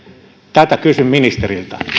tätä kysyn ministeriltä